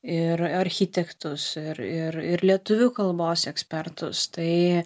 ir architektus ir ir ir lietuvių kalbos ekspertus tai